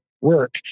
work